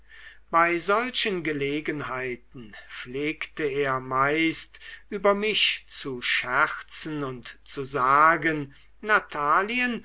bei solchen gelegenheiten pflegte er meist über mich zu scherzen und zu sagen natalien